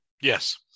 yes